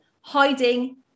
hiding